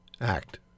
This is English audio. Act